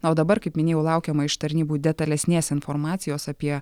na o dabar kaip minėjau laukiama iš tarnybų detalesnės informacijos apie